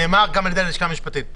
נאמר גם על ידי הלשכה המשפטית.